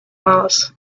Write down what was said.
mars